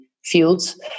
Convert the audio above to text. Fields